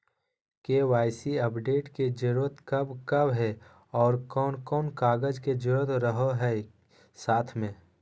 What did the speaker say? KYC update के जरूरत कब कब है और कौन कौन कागज के जरूरत रहो है साथ में?